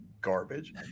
garbage